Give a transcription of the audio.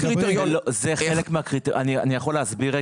אני יכול להסביר?